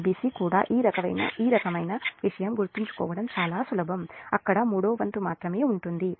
Ibc కూడా ఈ రకమైన విషయం గుర్తుంచుకోవడం చాలా సులభం అక్కడ మూడవ వంతు మాత్రమే ఉంటుంది